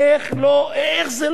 איך זה לא בא בקלות?